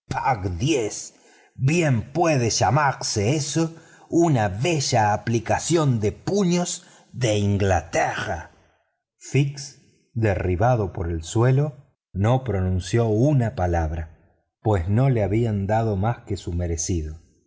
con sus dos puños al desgraciado inspector bien aporreado exclamó picaporte fix derribado por el suelo no pronunció una palabra pues no le había dado mas que su merecido